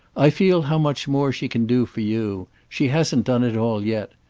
i feel how much more she can do for you. she hasn't done it all yet.